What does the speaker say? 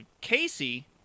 Casey